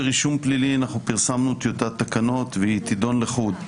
ברישום פלילי אנחנו פרסמנו טיוטת תקנות והיא תידון לחוד.